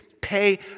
pay